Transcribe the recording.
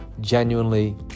genuinely